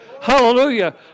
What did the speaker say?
Hallelujah